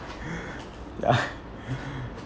ya